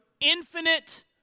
infinite